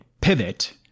pivot